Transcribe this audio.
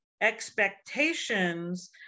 expectations